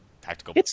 tactical